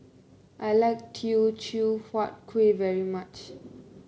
I like Teochew Huat Kueh very much